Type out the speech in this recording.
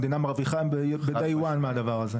המדינה מרוויחה מהיום הראשון מהדבר הזה.